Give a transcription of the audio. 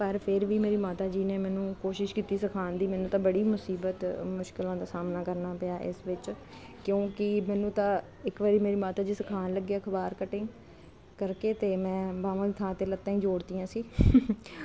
ਪਰ ਫਿਰ ਵੀ ਮੇਰੀ ਮਾਤਾ ਜੀ ਨੇ ਮੈਨੂੰ ਕੋਸ਼ਿਸ਼ ਕੀਤੀ ਸਿਖਾਣ ਦੀ ਮੈਨੂੰ ਤਾਂ ਬੜੀ ਮੁਸੀਬਤ ਮੁਸ਼ਕਿਲਾਂ ਦਾ ਸਾਹਮਣਾ ਕਰਨਾ ਪਿਆ ਇਸ ਵਿੱਚ ਕਿਉਂਕਿ ਮੈਨੂੰ ਤਾਂ ਇੱਕ ਵਾਰੀ ਮੇਰੀ ਮਾਤਾ ਜੀ ਦਿਖਾਉਣ ਲੱਗੇ ਅਖਬਾਰ ਕਟਿੰਗ ਕਰਕੇ ਤੇ ਮੈਂ ਬਾਹਵਾਂ ਦੀ ਥਾਂ ਤੇ ਲੱਤਾਂ ਈ ਜੋੜਦੀਆਂ ਸੀ